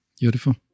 Beautiful